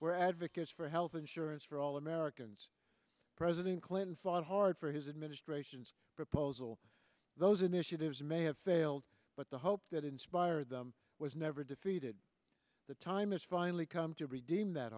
were advocates for health insurance for all americans president clinton fought hard for his administration's proposal those initiatives may have failed but the hope that inspired them was never defeated the time has finally come to redeem that